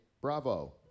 bravo